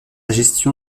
gestion